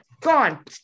Gone